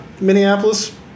Minneapolis